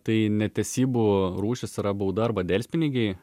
tai netesybų rūšis yra bauda arba delspinigiai